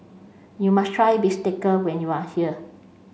you must try Bistake when you are here